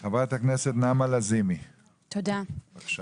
חברת הכנסת נעמה לזימי, בבקשה.